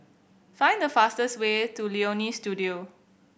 find the fastest way to Leonie Studio